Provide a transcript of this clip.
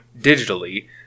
digitally